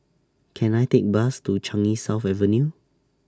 Can I Take A Bus to Changi South Avenue